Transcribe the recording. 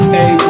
Hey